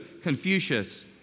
Confucius